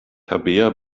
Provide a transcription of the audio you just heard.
tabea